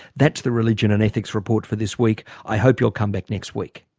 that's the religion and ethics report for this week. i hope you'll come back next week